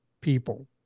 people